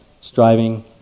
striving